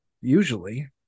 usually